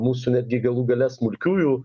mūsų netgi galų gale smulkiųjų